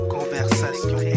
Conversation